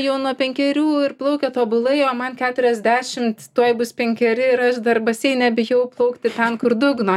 jau nuo penkerių ir plaukia tobulai o man keturiasdešimt tuoj bus penkeri ir aš dar baseine bijau plaukti ten kur dugno